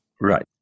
Right